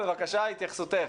בבקשה, התייחסותך.